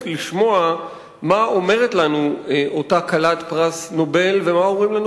לשמוע מה אומרת לנו אותה כלת פרס נובל ומה אומרים לנו